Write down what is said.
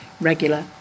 regular